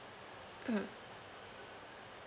mm